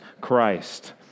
Christ